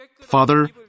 Father